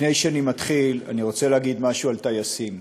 לפני שאני מתחיל, אני רוצה להגיד משהו על טייסים.